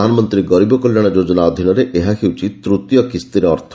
ପ୍ରଧାନମନ୍ତ୍ରୀ ଗରିବ କଲ୍ୟାଣ ଯୋଜନା ଅଧୀନରେ ଏହା ହେଉଛି ତୂତୀୟ କିସ୍ତିର ଅର୍ଥ